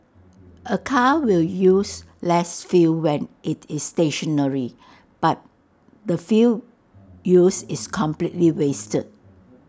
A car will use less fuel when IT is stationary but the fuel used is completely wasted